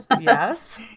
Yes